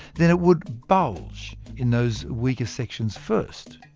then it would bulge in those weaker sections first.